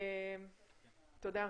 תודה.